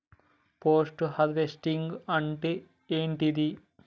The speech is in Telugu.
పోస్ట్ హార్వెస్టింగ్ అంటే ఏంటిది?